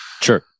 Sure